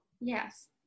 Yes